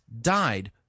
died